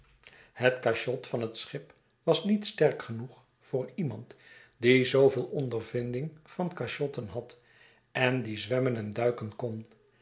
het cachot van het schip was niet sterk genoeg voor iemand die zooveel ondervinding van cachotten had en die zwernmen en duiken kon